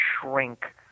shrink